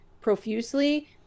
profusely